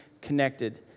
connected